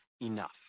Enough